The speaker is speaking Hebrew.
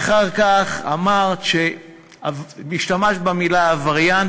אחר כך השתמשת במילה "עבריין",